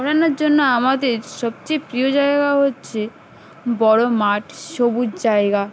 পড়ানোর জন্য আমাদের সবচেয়ে প্রিয় জায়গা হচ্ছে বড়ো মাঠ সবুজ জায়গা